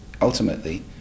ultimately